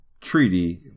Treaty